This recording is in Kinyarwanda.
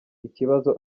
ikibazo